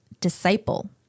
disciple